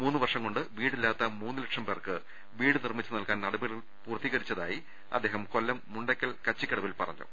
മൂന്ന് വർഷം കൊണ്ട് വീടില്ലാത്ത മൂന്ന് ലക്ഷം പേർക്ക് വീട് നിർമ്മിച്ച് നൽകാൻ നടപടികൾ പൂർത്തീകരിച്ചതായും അദ്ദേഹം കൊല്ലം മുണ്ടക്കൽ കച്ചി ക്കടവിൽ പറഞ്ഞു